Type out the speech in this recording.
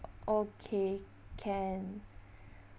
okay can